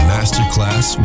Masterclass